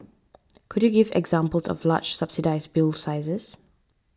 could you give examples of large subsidised bill sizes